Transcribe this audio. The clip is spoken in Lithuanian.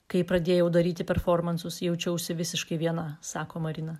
kai pradėjau daryti performansus jaučiausi visiškai viena sako marina